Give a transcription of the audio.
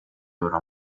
loro